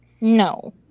No